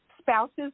spouse's